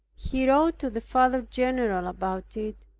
he wrote to the father-general about it,